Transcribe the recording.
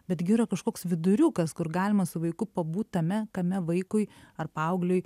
betgi yra kažkoks viduriukas kur galima su vaiku pabūt tame kame vaikui ar paaugliui